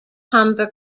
humber